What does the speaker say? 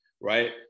right